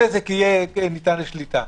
הנזק יהיה ניתן לשליטה.